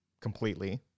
completely